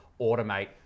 automate